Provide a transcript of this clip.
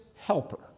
helper